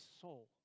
soul